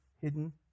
hidden